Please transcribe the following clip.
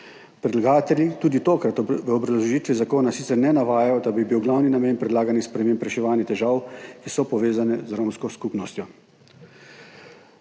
Predlagatelji tudi tokrat v obrazložitvi zakona sicer ne navajajo, da bi bil glavni namen predlaganih sprememb reševanje težav, ki so povezane z romsko skupnostjo.